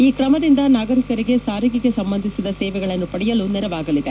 ಈ ಕ್ರಮದಿಂದ ನಾಗರಿಕರಿಗೆ ಸಾರಿಗೆಗೆ ಸಂಬಂಧಿಸಿದ ಸೇವೆಗಳನ್ನು ಪಡೆಯಲು ನೆರವಾಗಲಿದೆ